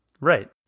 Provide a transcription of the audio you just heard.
right